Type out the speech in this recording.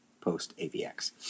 post-AVX